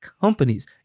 companies